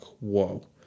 whoa